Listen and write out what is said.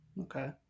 Okay